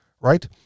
right